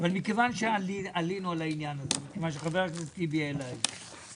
מכיוון שעלינו על העניין הזה ומכיוון שחבר הכנסת טיבי העלה את זה,